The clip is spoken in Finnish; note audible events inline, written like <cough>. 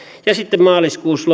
ja sitten maaliskuussa <unintelligible>